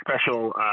special